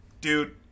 dude